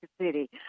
city